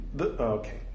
Okay